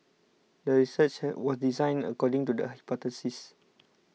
the research was designed according to the hypothesis